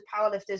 powerlifters